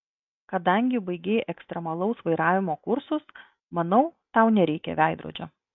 kadangi baigei ekstremalaus vairavimo kursus manau tau nereikia veidrodžio